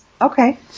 Okay